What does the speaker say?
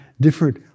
different